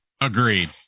Agreed